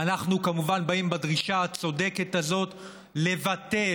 אנחנו כמובן באים בדרישה הצודקת הזאת לבטל,